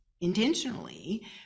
intentionally